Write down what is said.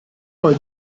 poi